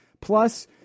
Plus